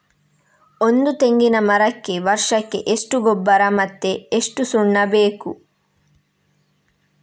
ಒಂದು ತೆಂಗಿನ ಮರಕ್ಕೆ ವರ್ಷಕ್ಕೆ ಎಷ್ಟು ಗೊಬ್ಬರ ಮತ್ತೆ ಎಷ್ಟು ಸುಣ್ಣ ಬೇಕು?